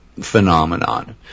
phenomenon